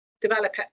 develop